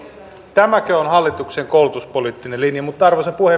tämäkö on hallituksen koulutuspoliittinen linja arvoisa puhemies